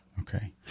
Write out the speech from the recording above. Okay